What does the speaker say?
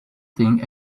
thing